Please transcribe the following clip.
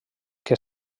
que